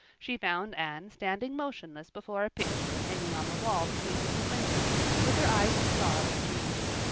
she found anne standing motionless before a picture hanging on the wall between the two windows with her eyes a-star with dreams.